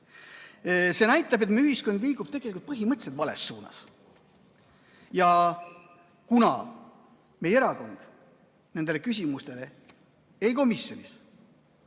See näitab, et meie ühiskond liigub põhimõtteliselt vales suunas. Kuna meie erakond nendele küsimustele ei komisjonis